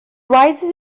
rises